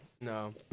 No